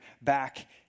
back